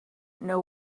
know